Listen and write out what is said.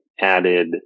added